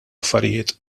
affarijiet